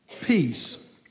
peace